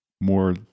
more